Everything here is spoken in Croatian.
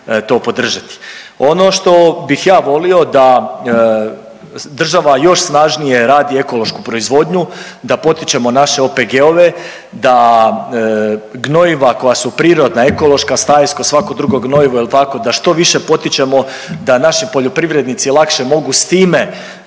Ono što bih ja volio da država još snažnije radi ekološku proizvodnju, da potičemo naše OPG-ove, da gnojiva koja su prirodna, ekološka, stajsko svako drugo gnojivo jel tako da što više potičemo da naši poljoprivrednici lakše mogu s time